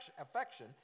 affection